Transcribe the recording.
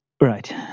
Right